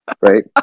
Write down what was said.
Right